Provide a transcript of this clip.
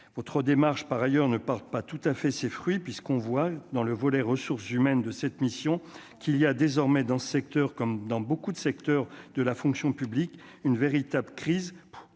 votre démarche par ailleurs ne parle pas tout à fait ses fruits puisqu'on voit dans le volet ressources humaines de cette mission, qu'il y a désormais dans ce secteur comme dans beaucoup de secteurs de la fonction publique, une véritable crise